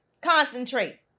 concentrate